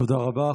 תודה רבה.